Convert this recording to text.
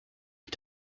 mit